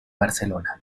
barcelona